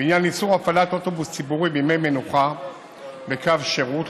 בעניין איסור הפעלת אוטובוס ציבורי בימי מנוחה וקו שירות,